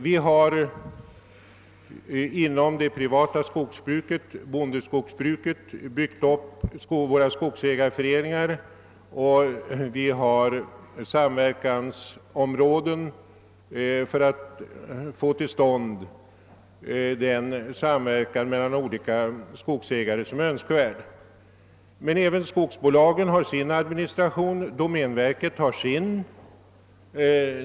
Vi har inom det privata skogsbruket, bondeskogsbruket, byggt upp våra skogsägarföreningar, och vi har samverkansområden för att få till stånd den samverkan mellan olika skogsägare som är önskvärd. Men även skogsbolagen har sin administration, domänverket har sin.